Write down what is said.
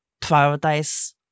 Prioritize